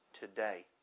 today